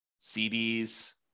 CDs